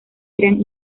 eran